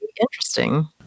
interesting